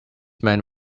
man